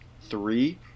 three